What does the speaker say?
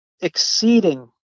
exceeding